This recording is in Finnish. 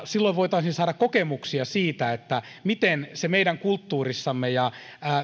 silloin voitaisiin saada kokemuksia siitä miten se meidän kulttuurissamme ja